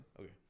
Okay